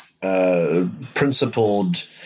Principled